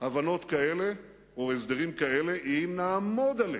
הבנות כאלה, או הסדרים כאלה, אם נעמוד עליהם.